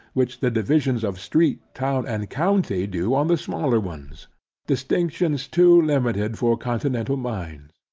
which the divisions of street, town, and county do on the smaller ones distinctions too limited for continental minds.